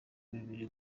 bibiri